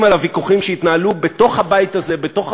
הייתי בארצות-הברית בשבוע שעבר,